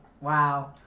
Wow